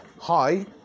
Hi